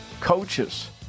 coaches